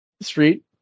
street